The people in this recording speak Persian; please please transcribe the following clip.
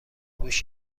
گوش